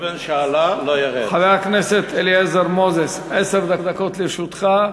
חבר הכנסת אליעזר מוזס, עשר דקות לרשותך.